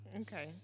okay